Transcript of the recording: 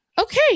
Okay